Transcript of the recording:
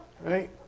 Right